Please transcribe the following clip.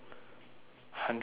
hundred and eighty